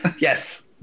yes